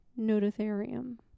Nototherium